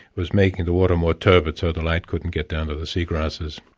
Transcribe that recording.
was making the water more turbid so the light couldn't get down to the seagrasses.